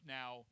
now